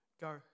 Go